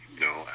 no